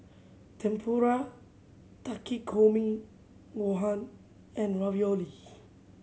Tempura Takikomi Gohan and Ravioli